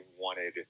wanted